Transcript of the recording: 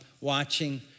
watching